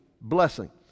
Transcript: blessing